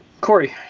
Corey